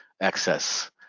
access